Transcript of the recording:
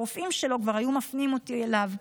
הרופאים שלו כבר היו מפנים אותי אליו.